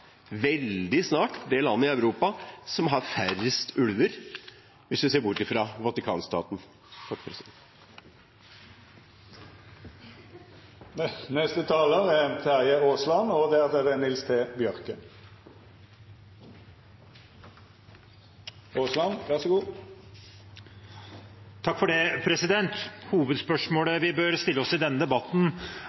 veldig snart det landet i Europa som har færrest ulver – hvis vi ser bort fra Vatikanstaten. Hovedspørsmålet vi bør stille oss i denne debatten,